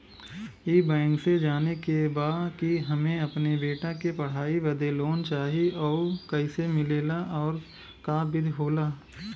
ई बैंक से जाने के बा की हमे अपने बेटा के पढ़ाई बदे लोन चाही ऊ कैसे मिलेला और का विधि होला?